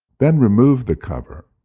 then remove the cover.